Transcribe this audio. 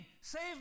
Save